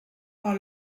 par